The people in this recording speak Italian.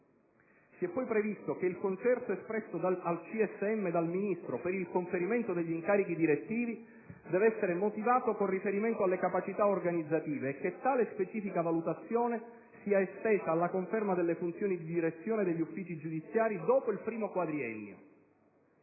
Si è poi previsto che il concerto espresso al CSM dal Ministro per il conferimento degli incarichi direttivi deve essere motivato con riferimento alle capacità organizzative e che tale specifica valutazione sia estesa alla conferma delle funzioni di direzione degli uffici giudiziari dopo il primo quadriennio.